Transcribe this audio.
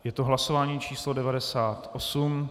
Je to hlasování číslo 98.